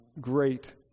great